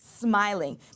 Smiling